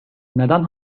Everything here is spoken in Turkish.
neden